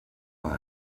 war